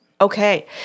Okay